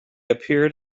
appeared